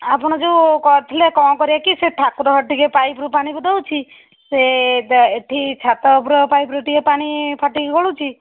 ଆପଣ ଯେଉଁ କରିଥିଲେ କ'ଣ କରିଆ କି ସେ ଠାକୁରଘର ଟିକେ ପାଇପରୁ ପାଣି ଦଉଛି ସେ ଏହିଠି ଛାତ ଉପର ପାଇପରୁ ଟିକେ ପାଣି ଫାଟିକି ଗଳୁଛି